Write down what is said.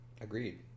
agreed